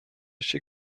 aschi